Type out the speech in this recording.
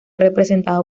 representado